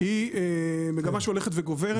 היא מגמה שהולכת וגוברת.